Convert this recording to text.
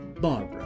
Barbara